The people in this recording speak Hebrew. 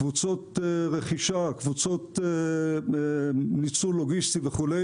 קבוצות רכישה, קבוצות ניצול לוגיסטי וכו'